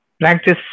practice